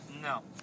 No